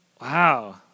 Wow